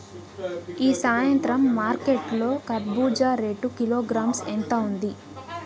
ఈ సాయంత్రం మార్కెట్ లో కర్బూజ రేటు కిలోగ్రామ్స్ ఎంత ఉంది?